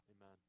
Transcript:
amen